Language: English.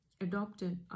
adopted